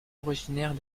originaires